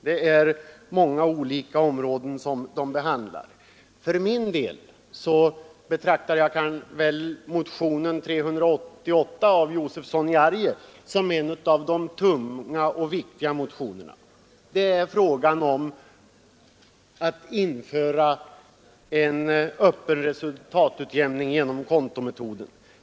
De berör många olika områden. Jag betraktar motionen 388 av herr Josefson i Arrie som en av de tunga och viktiga motionerna. Den gäller införandet av en öppen resultatutjämning genom kontometoden.